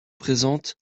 présente